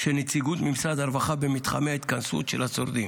של נציגות ממשרד הרווחה במתחמי ההתכנסות של השורדים.